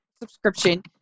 subscription